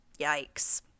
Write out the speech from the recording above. yikes